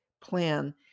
plan